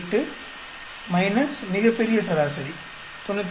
28 - மிகப் பெரிய சராசரி 93